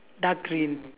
dark green